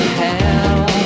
hell